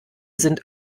sind